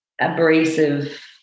abrasive